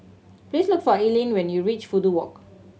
please look for Eileen when you reach Fudu Walk